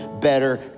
better